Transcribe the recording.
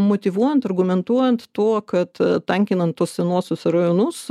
motyvuojant argumentuojant tuo kad tankinant tuos senuosius rajonus